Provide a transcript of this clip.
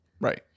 Right